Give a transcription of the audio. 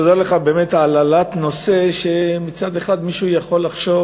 תודה לך באמת על העלאת נושא שמצד אחד מישהו יכול לחשוב